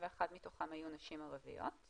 181 מתוכן היו נשים ערביות,